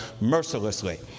mercilessly